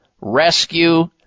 Rescue